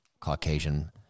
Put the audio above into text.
Caucasian